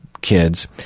kids